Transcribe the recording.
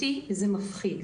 אותי זה מפחיד.